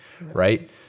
right